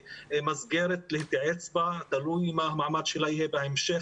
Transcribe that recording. למסגרת להתייעץ בה ותלוי מה המעמד שלה יהיה בהמשך.